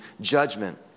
judgment